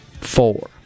Four